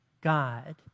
God